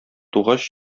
тугач